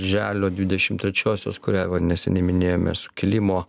birželio dvidešimt trečiosios kurią neseniai minėjome sukilimo